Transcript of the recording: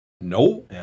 No